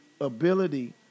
ability